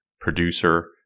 producer